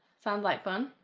sounds like fun.